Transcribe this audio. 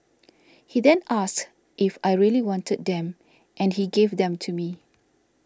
he then asked if I really wanted them and he gave them to me